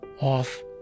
off